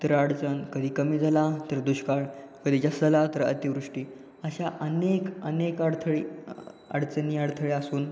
तर अडचण कधी कमी झाला तर दुष्काळ कधी जास्त तर अतिवृष्टी अशा अनेक अनेक अडथळी अडचणी अडथळे असून